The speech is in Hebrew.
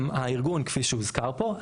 הארגון כפי שהוזכר פה,